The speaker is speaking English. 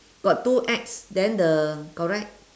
got two X then the correct